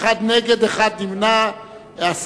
התש"ע 2009, לוועדת הכספים נתקבלה.